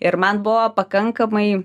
ir man buvo pakankamai